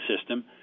system